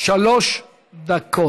שלוש דקות.